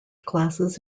classes